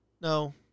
No